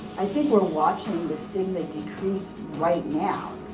i think we're watching the stigma decrease right now.